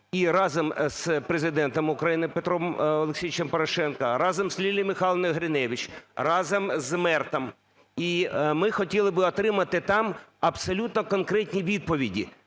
і разом з Президентом України Петром Олексійовичем Порошенка, разом з Лілією Михайлівною Гриневич, разом з МЕРТом. І ми хотіли би отримати там абсолютно конкретні відповіді.